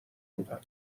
بودم